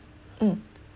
mm